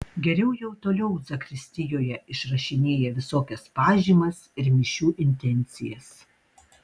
geriau jau toliau zakristijoje išrašinėja visokias pažymas ir mišių intencijas